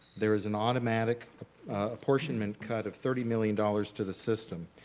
there's an automatic apportionment cut of thirty million dollars to the system